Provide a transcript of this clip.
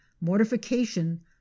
mortification